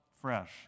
fresh